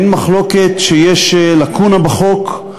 אין מחלוקת שיש לקונה בחוק.